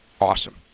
Awesome